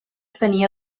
tenia